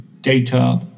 data